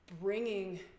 bringing